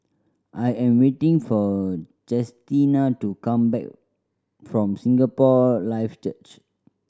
I am waiting for Chestina to come back from Singapore Life Church